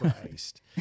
Christ